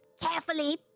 carefully